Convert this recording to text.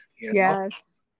Yes